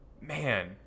man